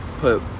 put